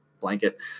blanket